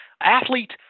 athlete